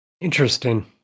Interesting